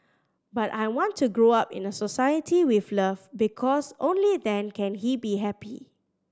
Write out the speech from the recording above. but I want to grow up in a society with love because only then can he be happy